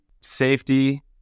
safety